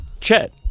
Chet